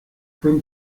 twin